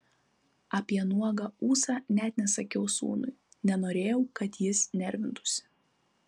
apie nuogą ūsą net nesakiau sūnui nenorėjau kad jis nervintųsi